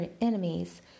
enemies